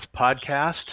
podcast